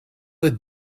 had